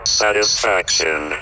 satisfaction